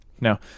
No